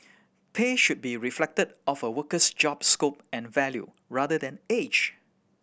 pay should be reflected of a worker's job scope and value rather than age